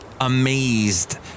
amazed